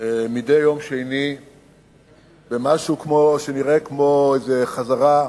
מדי יום שני במשהו שנראה כמו איזה חזרה,